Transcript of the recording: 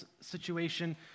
situation